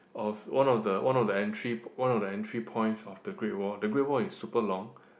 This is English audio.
of one of the one of the entry one of the entry points of the Great Wall the Great Wall is super long